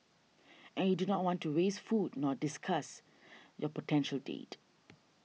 and you do not want to waste food nor disgust your potential date